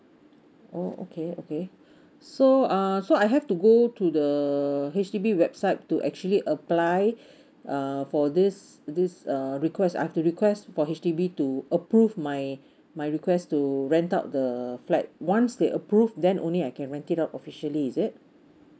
oh okay okay so um so I have to go to the H_D_B website to actually apply uh for this this uh request I've to request for H_D_B to approve my my request to rent out the flat once they approve then only I can rent it out officially is it